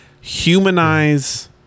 humanize